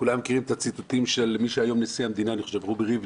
כולם מכירים את הציטוטים של מי שהיום נשיא המדינה רובי ריבלין,